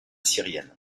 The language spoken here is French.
syrienne